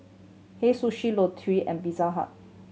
Hei Sushi Lotte and Pizza Hut